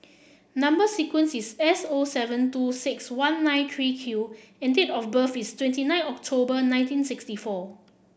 number sequence is S O seven two six one nine three Q and date of birth is twenty nine October nineteen sixty four